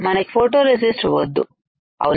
మనకి ఫోటోరెసిస్ట్ వద్దు అవునా